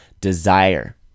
desire